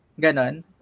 ganon